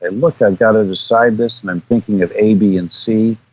and look, i've got to decide this and i'm thinking of a, b and c,